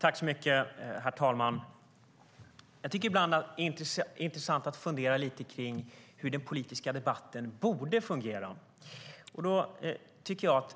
Herr talman! Det är intressant att fundera på hur den politiska debatten borde fungera.